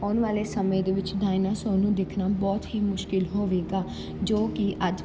ਆਉਣ ਵਾਲੇ ਸਮੇਂ ਦੇ ਵਿੱਚ ਡਾਇਨਾਸੋਰ ਨੂੰ ਦੇਖਣਾ ਬਹੁਤ ਹੀ ਮੁਸ਼ਕਲ ਹੋਵੇਗਾ ਜੋ ਕਿ ਅੱਜ